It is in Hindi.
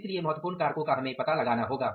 इसलिए महत्वपूर्ण कारकों का हमें पता लगाना होगा